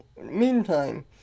meantime